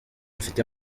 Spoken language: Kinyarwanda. mfite